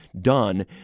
done